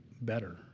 better